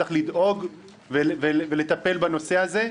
צריך לדאוג ולטפל בנושא הזה.